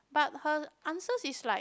but her answers is like